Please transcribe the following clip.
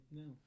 no